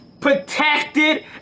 protected